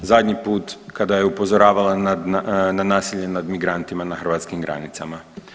Zadnji put kada je upozoravala na nasilje nad migrantima na hrvatskim granicama.